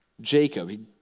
Jacob